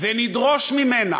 ונדרוש ממנה: